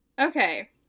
Okay